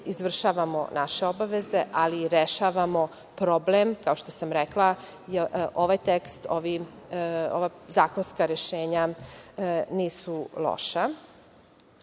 izvršavamo naše obaveze, ali i rešavamo problem, kao što sam rekla, ovaj tekst, ova zakonska rešenja nisu loša. Ovo